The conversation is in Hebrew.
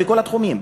בכל התחומים,